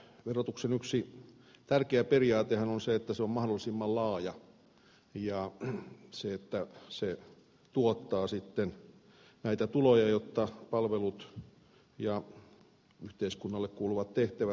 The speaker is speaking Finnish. verotuksen yksi tärkeä periaatehan on se että se on mahdollisimman laaja ja se että se tuottaa sitten näitä tuloja jotta palvelut ja yhteiskunnalle kuuluvat tehtävät voidaan hoitaa